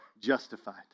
justified